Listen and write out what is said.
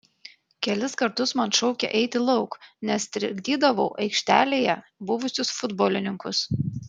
kelis kartus man šaukė eiti lauk nes trikdydavau aikštelėje buvusius futbolininkus